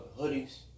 hoodies